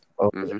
Okay